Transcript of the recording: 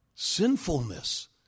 Sinfulness